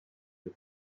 her